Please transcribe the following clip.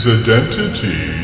identity